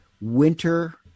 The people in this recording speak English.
winter